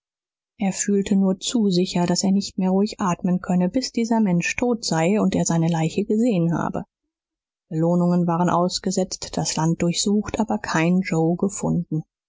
er fühlte nur zu sicher daß er nicht mehr ruhig atmen könne bis dieser mensch tot sei und er seine leiche gesehen habe belohnungen waren ausgesetzt das land durchsucht aber kein joe gefunden